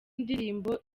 indirimbo